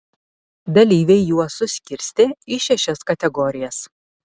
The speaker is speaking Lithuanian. dalyviai juos suskirstė į šešias kategorijas